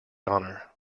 honour